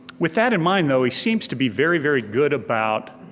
with that in mind though, he seems to be very, very good about